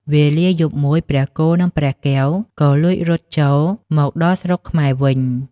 វេលាយប់មួយ ព្រះគោនិងព្រះកែវក៏លួចរត់ចូលមកដល់ស្រុកខ្មែរវិញ។